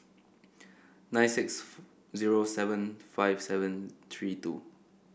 nine six zero seven five seven three two